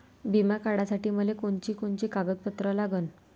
बिमा काढासाठी मले कोनची कोनची कागदपत्र लागन?